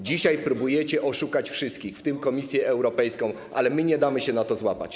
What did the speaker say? Dzisiaj próbujecie oszukać wszystkich, w tym Komisję Europejską, ale my nie damy się na to złapać.